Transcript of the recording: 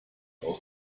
aus